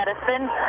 medicine